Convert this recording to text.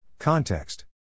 Context